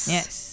Yes